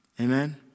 Amen